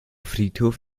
friedhof